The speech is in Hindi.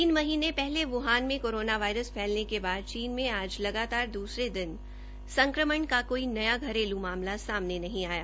तीन महीने पहले ब्हान में कोरोना वायरस फैलने के बाद चीन में आज लगातार दूसरे दिन संक्रमण काई नया घरेलू मामला सामने नहीं आया